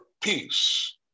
peace